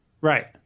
Right